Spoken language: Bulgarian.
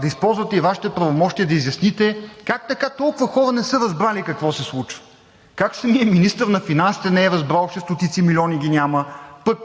да използвате и Вашите правомощия да изясните как така толкова хора не са разбрали какво се случва? Как самият министър на финансите не е разбрал, че стотици милиони ги няма, пък